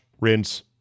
rinse